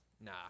nah